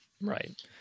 Right